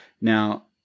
Now